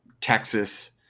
texas